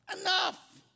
enough